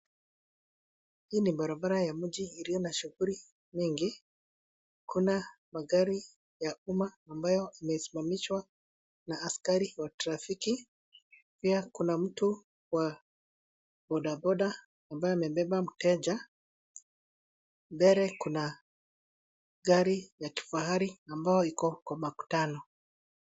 Hii ni barabara ya mji iliyo na shughuli nyingi. Kuna magari ya umma ambayo imesimamishwa na askari wa trafiki. Pia kuna mtu wa bodaboda ambaye amebeba mteja mbele kuna gari ya kifahari ambayo iko kwa makutano.